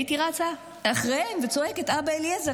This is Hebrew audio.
הייתי רצה אחריהם וצועקת: אבא אליעזר,